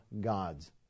God's